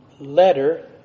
letter